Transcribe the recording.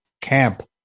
camp